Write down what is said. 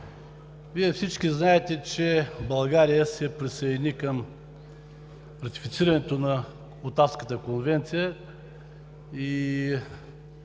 Вие всички знаете, че България се присъедини към ратифицирането на Отавската конвенция.